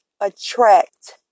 attract